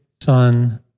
son